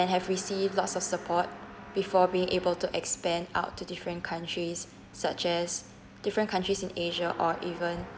and have received lots of support before being able to expand out to different countries such as different countries in asia or even